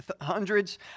hundreds